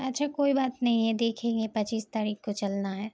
اچھا کوئی بات نہیں ہے دیکھیں گے پچیس تاریخ کو چلنا ہے